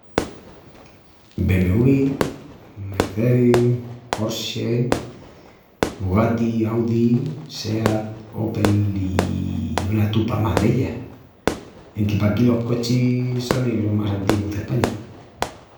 BMW, Mercedes, Porsche, Bugatti, Audi, Seat, Opel i una tupa más d'ellas, enque paquí los cochis sonin los más antigus d'España.